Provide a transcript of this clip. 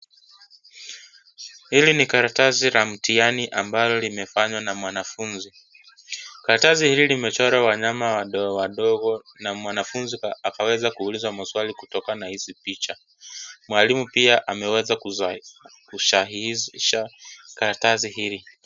Hili ni karatasi la mtihani ambalo limefanywa na mwanafunzi. Karatasi hili limechorwa wanyama wadogo wadogo na mwanafunzi akaweza kuulizwa maswali kutokana na hizi picha. Mwalimu pia ameweza kusahihisha karatasi hili.